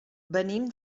venim